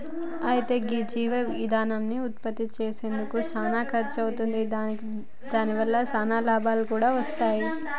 అయితే గీ జీవ ఇందనాన్ని ఉత్పప్తి సెయ్యడానికి సానా ఖర్సు అవుతుంది కాని దాని వల్ల సానా లాభాలు కూడా వస్తాయి